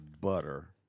butter